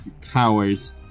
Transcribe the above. towers